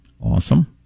awesome